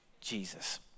Jesus